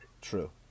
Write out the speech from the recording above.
True